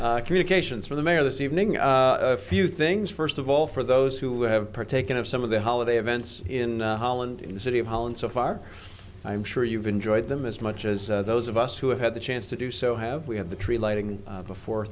the communications from the mayor this evening a few things first of all for those who have partaken of some of the holiday events in holland in the city of holland so far i'm sure you've enjoyed them as much as those of us who have had the chance to do so have we had the tree lighting before